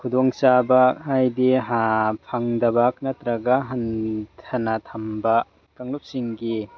ꯈꯨꯗꯣꯡꯆꯥꯕ ꯍꯥꯏꯗꯤ ꯍꯥ ꯐꯪꯗꯕ ꯅꯠꯇꯔꯒ ꯍꯟꯊꯅ ꯊꯝꯕ ꯀꯥꯡꯂꯨꯞꯁꯤꯡꯒꯤ